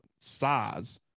size